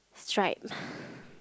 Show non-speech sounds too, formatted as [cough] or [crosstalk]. stripe [breath]